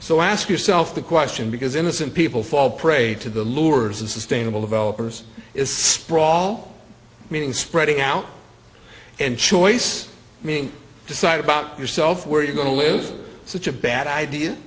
so ask yourself the question because innocent people fall prey to the lures and sustainable developers is sprawl meaning spreading out and choice meaning decide about yourself where you're going to live such a bad idea